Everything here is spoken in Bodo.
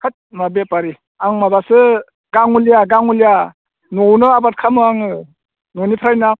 होद मा बेपारि आं माबासो गाङलिया गाङलिया न'आवनो आबाद खालामो आङो न'निफ्रायनो